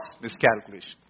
miscalculation